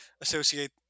associate